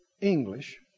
English